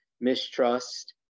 mistrust